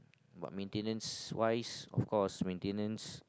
but maintenance wise of course maintenance